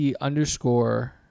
underscore